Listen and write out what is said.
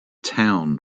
town